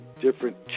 different